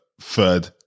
third